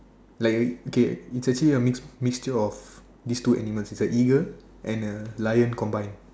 like okay it's actually a mix mixture of these two animals it's a eagle and a lion combine